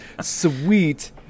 Sweet